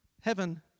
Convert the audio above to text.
Heaven